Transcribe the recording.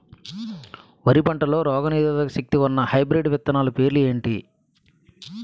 వరి పంటలో రోగనిరోదక శక్తి ఉన్న హైబ్రిడ్ విత్తనాలు పేర్లు ఏంటి?